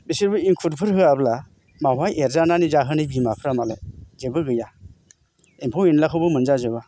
बिसोरबो इंखुरफोर होयाब्ला माहाय एरजानानै जाहोनो बिमाफ्रा मालाय जेबो गैया एम्फौ एन्लाखौबो मोनजाजोबा